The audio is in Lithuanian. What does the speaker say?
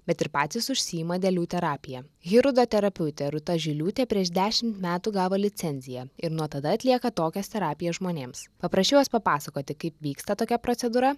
bet ir patys užsiima dėlių terapija hirudoterapiautė rūta žiliūtė prieš dešimt metų gavo licenciją ir nuo tada atlieka tokias terapijas žmonėms paprašiau jos papasakoti kaip vyksta tokia procedūra